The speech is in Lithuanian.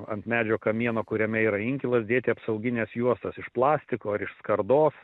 ant medžio kamieno kuriame yra inkilas dėti apsaugines juostas iš plastiko ar iš skardos